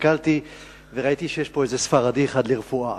הסתכלתי וראיתי שיש פה איזה ספרדי אחד לרפואה,